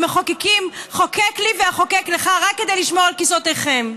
ומחוקקים "חוקק לי ואחוקק לך" רק כדי לשמור על כיסאותיכם.